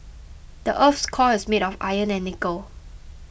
the earth's core is made of iron and nickel